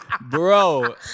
bro